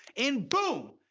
and boom!